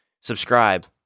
subscribe